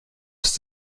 was